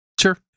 Sure